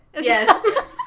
Yes